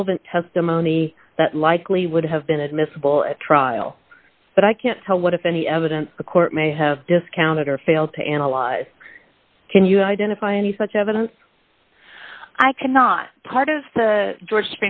relevant testimony that likely would have been admissible at trial but i can't tell what if any evidence the court may have discounted or failed to analyze can you identify any such evidence i cannot part of the georg